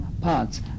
parts